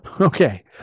okay